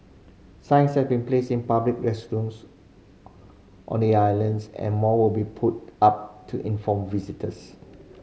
signs have been placed in public restrooms on the islands and more will be put up to inform visitors